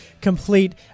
complete